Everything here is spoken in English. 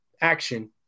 action